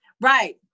Right